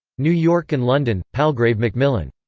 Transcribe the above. new york and london palgrave macmillan.